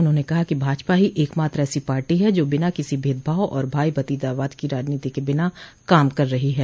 उन्होंने कहा कि भाजपा ही एकमात्र ऐसी पार्टी है जो बिना किसी भेदभाव और भाई भतीजावाद की राजनोति के बिना काम कर रही है